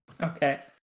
Okay